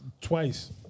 twice